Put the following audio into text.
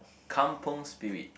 kampung spirit